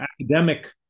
academic